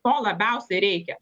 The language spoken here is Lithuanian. to labiausiai reikia